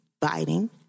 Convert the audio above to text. biting